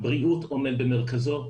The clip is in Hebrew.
בריאות עומד במרכזו,